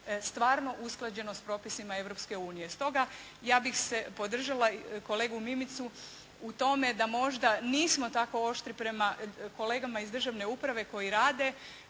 stvarno usklađeno s propisima Europske unije. Stoga ja bih podržala kolegu Mimicu u tome da možda nismo tako oštri prema kolegama iz državne uprave koji rade,